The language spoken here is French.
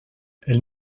elle